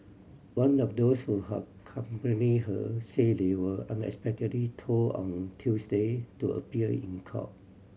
one of those who accompany her say they were unexpectedly told on Tuesday to appear in court